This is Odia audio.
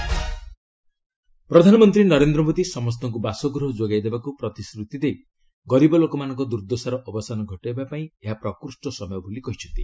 ପିଏମ୍ ଲାଇଟ୍ ହାଉସ୍ ପ୍ରଧାନମନ୍ତ୍ରୀ ନରେନ୍ଦ୍ର ମୋଦି ସମସ୍ତଙ୍କୁ ବାସଗୃହ ଯୋଗାଇଦେବାକୁ ପ୍ରତିଶ୍ରତି ଦେଇ ଗରିବ ଲୋକମାନଙ୍କ ଦୁର୍ଦ୍ଦଶାର ଅବସାନ ଘଟାଇବା ପାଇଁ ଏହା ପ୍ରକୃଷ୍ଟ ସମୟ ବୋଲି କହିଛନ୍ତି